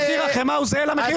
מחיר החמאה הוא זהה למחיר המפוקח.